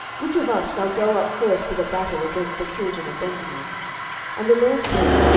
which of us shall go up first to the battle against the children of benjamin and the lord said,